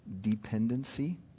dependency